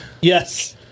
Yes